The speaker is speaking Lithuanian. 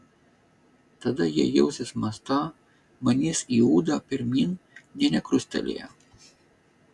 tada jie jausis mąstą manys į ūdą pirmyn nė nekrustelėję